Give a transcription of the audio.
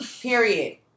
Period